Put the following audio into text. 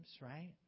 right